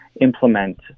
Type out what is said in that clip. implement